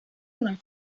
una